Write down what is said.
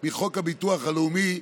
מחוק הביטוח הלאומי.